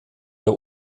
der